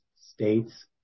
states